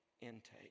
intake